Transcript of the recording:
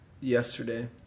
yesterday